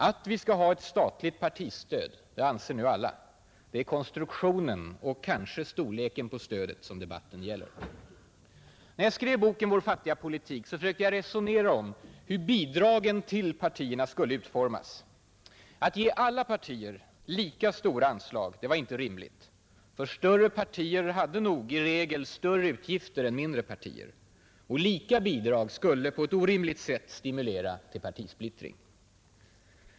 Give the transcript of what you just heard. Att vi bör ha statligt partistöd anser nu alla; det är konstruktionen och kanske storleken på stödet som debatten gäller. När jag skrev boken ”Vår fattiga politik” försökte jag resonera om hur bidragen till partierna skulle utformas. Att ge alla partier lika stora anslag var inte rimligt. Större partier hade nog, i regel, större utgifter än mindre partier. Och lika bidrag skulle på ett orimligt sätt stimulera till partisplittring.